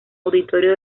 auditorio